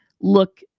look